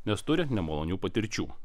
nes turi nemalonių patirčių